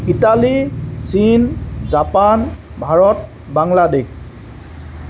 Italy চীন Japan Bharat Bangladesh